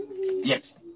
Yes